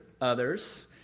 others